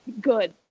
good